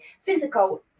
physical